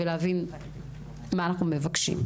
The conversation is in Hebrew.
ולהבין מה אנחנו מבקשים.